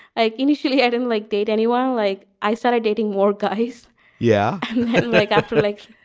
i initially i didn't like date anyone. like i started dating more guys yeah. like i felt like